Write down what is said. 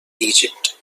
egypt